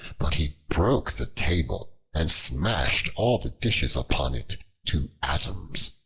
but he broke the table and smashed all the dishes upon it to atoms.